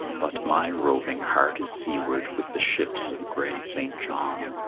but my roving heart is seaward with the ships of gray st. john.